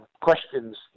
questions